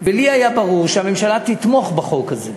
והיה לי ברור שהממשלה תתמוך בחוק הזה.